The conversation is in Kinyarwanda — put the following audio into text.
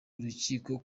urukiko